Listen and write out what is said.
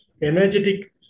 energetic